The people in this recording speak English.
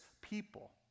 people